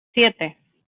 siete